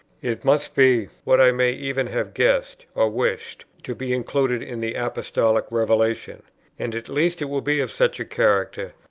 it must be what i may even have guessed, or wished, to be included in the apostolic revelation and at least it will be of such a character,